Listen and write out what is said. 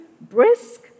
brisk